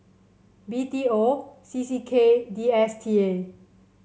B T O C C K and D S T A